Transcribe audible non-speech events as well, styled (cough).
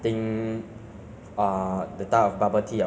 the pearls is very ah chewy is (breath)